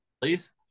please